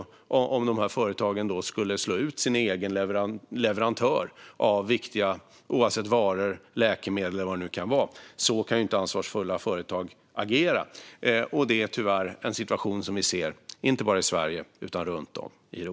Tänk er att de här företagen skulle slå ut sin egen leverantör av viktiga varor, läkemedel eller vad det nu kan vara - så kan inte ansvarsfulla företag agera. Det här är tyvärr en situation som vi ser inte bara i Sverige utan runt om i Europa.